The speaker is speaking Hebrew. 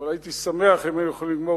אבל הייתי שמח אם היינו יכולים לגמור